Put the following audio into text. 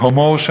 בהומור,